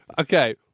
Okay